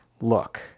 look